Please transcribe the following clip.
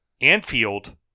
Anfield